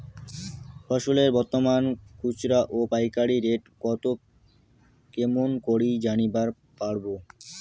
ফসলের বর্তমান খুচরা ও পাইকারি রেট কতো কেমন করি জানিবার পারবো?